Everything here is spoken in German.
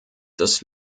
des